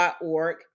.org